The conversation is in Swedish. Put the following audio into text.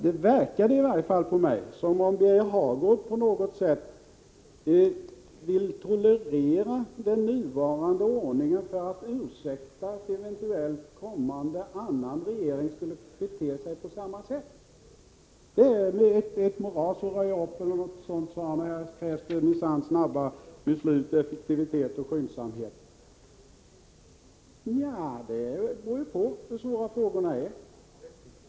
Det verkade å andra sidan på mig som om Birger Hagård på något vis vill tolerera den nuvarande ordningen för att kunna ursäkta om en eventuellt kommande annan regering skulle bete sig på samma sätt. Han sade att här krävs minsann snabba beslut, effektivitet och skyndsamhet. Ja, det beror ju på hur svåra frågorna är.